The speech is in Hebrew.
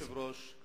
אדוני היושב-ראש,